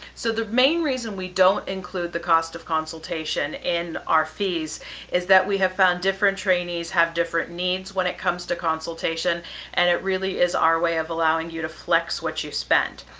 so the main reason we don't include the cost of consultation in our fees is that we have found different trainees have different needs when it comes to consultation and it really is our way of allowing you to flex what you spend.